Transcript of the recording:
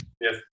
Yes